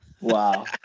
Wow